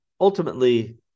ultimately